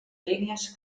línies